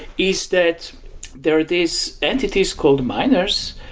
is that there are these entities called miners.